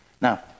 Now